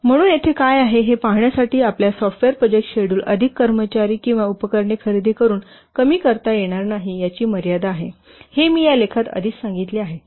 म्हणून येथे काय आहे हे पाहण्यासाठी आपल्या सॉफ्टवेअर प्रोजेक्ट शेड्युल अधिक कर्मचारी किंवा उपकरणे खरेदी करुन कमी करता येणार नाही याची मर्यादा आहे हे मी या लेखात आधीच सांगितले आहे